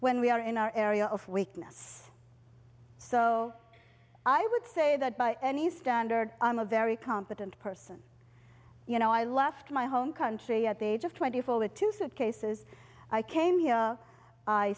when we are in our area of weakness so i would say that by any standard i'm a very competent person you know i left my home country at the age of twenty four with two suitcases i came here i